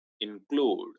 include